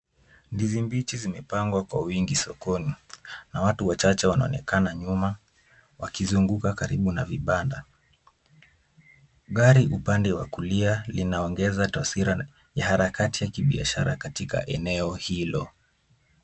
Ndizi mbichi zimepangwa kwa wingi sokoni na watu wachache wanaonekana nyuma wakizunguka karibu na vibanda. Gari upande wa kulia linaongeza taswira ya harakati ya kibiashara katika eneo hilo.